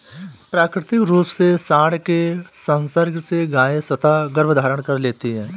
प्राकृतिक रूप से साँड के संसर्ग से गायें स्वतः गर्भधारण कर लेती हैं